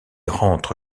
rentre